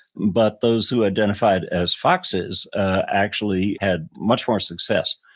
but those who identified as foxes a actually had much more success.